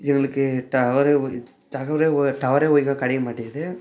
எங்களுக்கு டவரே தகவலே டவரே ஒழுங்கா கிடைக்கமாட்டிக்கிது